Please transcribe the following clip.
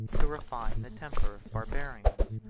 to refine the temper of barbarians,